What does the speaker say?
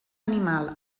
animal